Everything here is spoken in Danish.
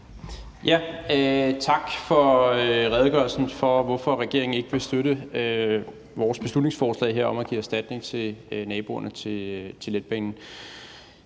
Tak for redegørelsen for, hvorfor regeringen ikke vil støtte vores beslutningsforslag her om at give erstatning til naboerne til letbanen.